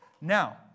Now